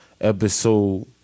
episode